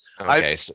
Okay